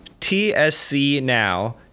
tscnow